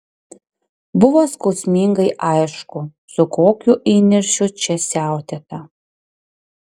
buvo skausmingai aišku su kokiu įniršiu čia siautėta